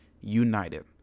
united